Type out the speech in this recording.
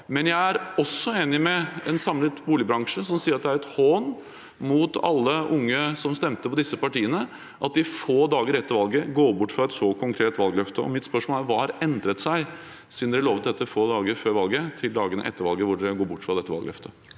Men jeg er også enig med en samlet boligbransje som sier at det er et hån mot alle unge som stemte på disse partiene, at de få dager etter valget går bort fra et så konkret valgløfte. Mitt spørsmål er: Hva har endret seg fra dere lovet dette få dager før valget, til dagene etter valget, siden dere går bort fra dette valgløftet?